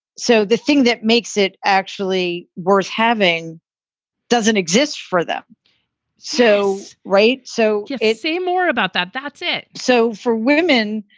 so the thing that makes it actually worth having doesn't exist for them so. right. so if it's more about that, that's it so for women,